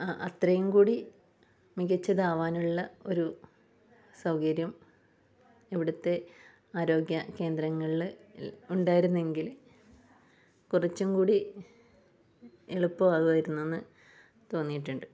അത്രയും കൂടി മികച്ചതാവാനുള്ള ഒരു സൗകര്യം ഇവിടുത്തെ ആരോഗ്യ കേന്ദ്രങ്ങളിൽ ഉണ്ടായിരുന്നെങ്കിൽ കുറച്ചു കൂടി എളുപ്പമാകുമായിരുന്നു എന്ന് തോന്നിയിട്ടുണ്ട്